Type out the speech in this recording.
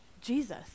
Jesus